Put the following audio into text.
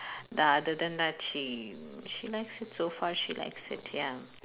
uh other than that she she likes it so far she likes it ya